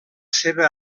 seva